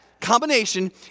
combination